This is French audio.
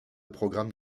programme